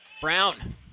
Brown